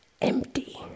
empty